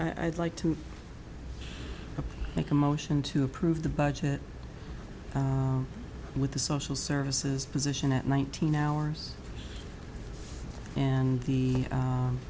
hours i'd like to make a motion to approve the budget with the social services position at nineteen hours and the